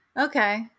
Okay